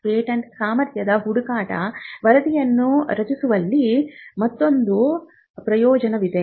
patent ಸಾಮರ್ಥ್ಯದ ಹುಡುಕಾಟ ವರದಿಯನ್ನು ರಚಿಸುವಲ್ಲಿ ಮತ್ತೊಂದು ಪ್ರಯೋಜನವಿದೆ